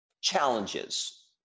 challenges